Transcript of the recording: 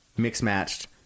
Mix-matched